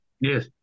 Yes